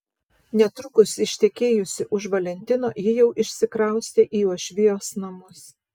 netrukus ištekėjusi už valentino ji jau išsikraustė į uošvijos namus